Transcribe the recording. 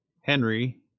Henry